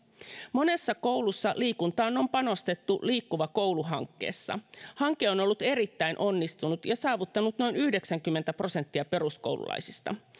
monessa koulussa liikuntaan on panostettu liikkuva koulu hankkeessa hanke on ollut erittäin onnistunut ja saavuttanut noin yhdeksänkymmentä prosenttia peruskoululaisista